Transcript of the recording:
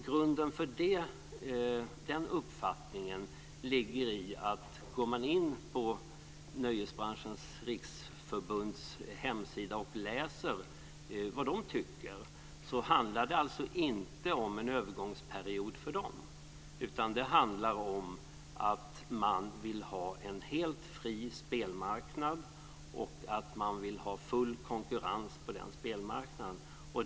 Grunden för den uppfattningen är följande. Går man in på Nöjesbranschens riksförbunds hemsida och läser vad de tycker ser man att det alltså inte handlar om en övergångsperiod utan om att de vill ha en helt fri spelmarknad och full konkurrens på den spelmarknaden.